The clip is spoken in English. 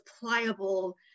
pliable